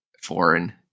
Foreign